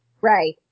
Right